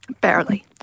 Barely